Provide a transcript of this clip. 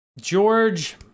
George